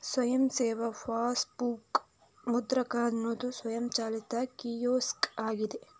ಸ್ವಯಂ ಸೇವಾ ಪಾಸ್ಬುಕ್ ಮುದ್ರಕ ಅನ್ನುದು ಸ್ವಯಂಚಾಲಿತ ಕಿಯೋಸ್ಕ್ ಆಗಿದೆ